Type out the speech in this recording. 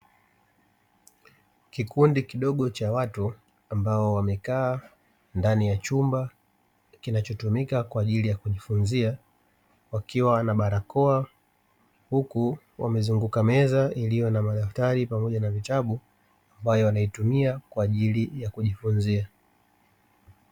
Kikundi kidogo cha watu ambao wamekaa ndani ya chumba kinachotumika kwaajili ya kujifunzia, wakiwa wana barakoa huku wamezunguka meza yenye madaftari pamoja na vitabu ambayo wanaitumia kwaajili ya kujifunzia.